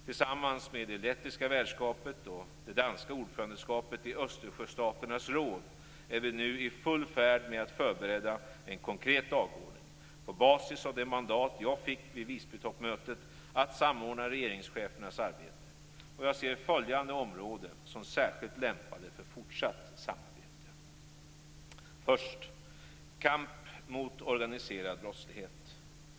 Tillsammans med det lettiska värdskapet och det danska ordförandeskapet i Östersjöstaternas råd, är vi nu i full färd med att förbereda en konkret dagordning, på basis av det mandat jag fick vid Visbytoppmötet att samordna regeringschefernas arbete. Jag ser följande områden som särskilt lämpade för fortsatt samarbete. Det första området rör fortsatt kamp mot organiserad brottslighet.